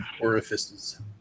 orifices